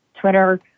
Twitter